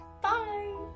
Bye